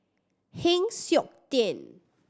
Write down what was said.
Heng Siok Tian